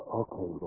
okay